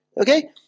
Okay